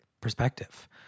perspective